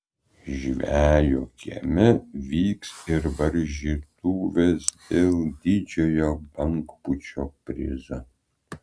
žvejo kieme vyks ir varžytuvės dėl didžiojo bangpūčio prizo